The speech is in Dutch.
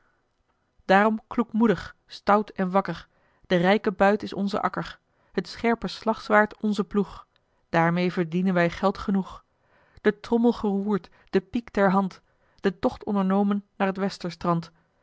daarom kloekmoedig stout en wakker de rijke buit is onze akker het scherpe slagzwaard onze ploeg daarmeê verdienen wij geld genoeg de trommel geroerd de piek ter hand den tocht ondernomen naar t